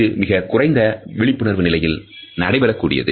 இது மிகக் குறைந்த விழிப்புணர்வு நிலையில் நடைபெறக் கூடியது